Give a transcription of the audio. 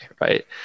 right